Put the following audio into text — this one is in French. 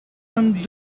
vingt